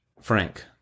Frank